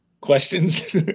questions